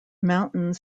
mountains